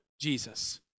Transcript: Jesus